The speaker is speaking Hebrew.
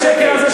עם השקר הזה,